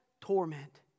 torment